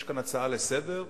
יש כאן הצעה לסדר-היום,